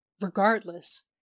Regardless